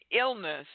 illness